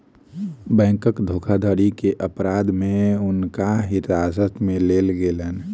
bank धोखाधड़ी के अपराध में हुनका हिरासत में लेल गेलैन